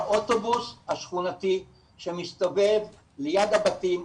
האוטובוס השכונתי שמסתובב ליד הבתים,